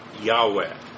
Yahweh